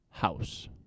house